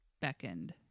Beckoned